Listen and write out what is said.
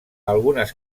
algunes